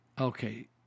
Okay